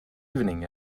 evening